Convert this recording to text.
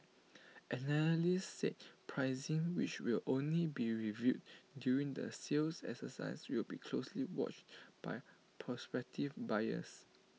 analysts said pricing which will only be revealed during the sales exercise will be closely watched by prospective buyers